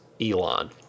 Elon